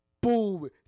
boom